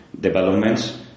developments